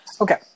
Okay